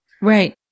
Right